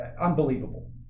unbelievable